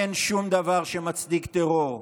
אין שום דבר שמצדיק טרור.